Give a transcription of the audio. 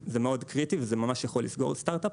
קריטי וזה ממש יכול לסגור סטארט-אפ.